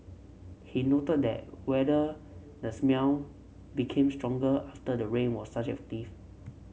he noted that whether the smell became stronger after the rain was subjective